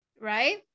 right